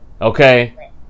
okay